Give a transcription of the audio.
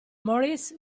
morris